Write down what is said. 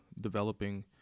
developing